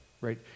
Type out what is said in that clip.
right